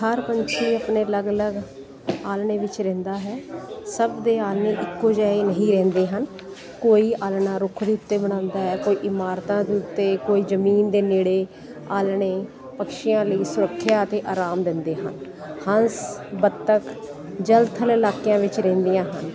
ਹਰ ਪੰਛੀ ਆਪਣੇ ਅਲੱਗ ਅਲੱਗ ਆਲਣੇ ਵਿੱਚ ਰਹਿੰਦਾ ਹੈ ਸਭ ਦੇ ਆਲਣੇ ਇੱਕੋ ਜਿਹਾ ਹੀ ਨਹੀਂ ਰਹਿੰਦੇ ਹਨ ਕੋਈ ਅਲਣਾ ਰੁੱਖ ਦੇ ਉੱਤੇ ਬਣਾਉਂਦਾ ਹੈ ਕੋਈ ਇਮਾਰਤਾਂ ਦੇ ਉੱਤੇ ਕੋਈ ਜ਼ਮੀਨ ਦੇ ਨੇੜੇ ਆਲਣੇ ਪਕਸ਼ੀਆਂ ਲਈ ਸੁਰੱਖਿਆ ਅਤੇ ਆਰਾਮ ਦਿੰਦੇ ਹਨ ਹੰਸ ਬੱਤਕ ਜਲ ਥਲ ਇਲਾਕਿਆਂ ਵਿੱਚ ਰਹਿੰਦੀਆਂ ਹਨ